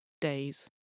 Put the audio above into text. days